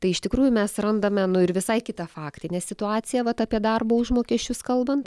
tai iš tikrųjų mes randame nu ir visai kitą faktinę situaciją vat apie darbo užmokesčius kalbant